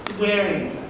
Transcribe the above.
wearing